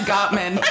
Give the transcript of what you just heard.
Gottman